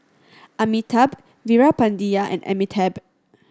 Amitabh Veerapandiya and Amitabh